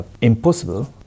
impossible